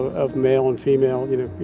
of male and female, you know,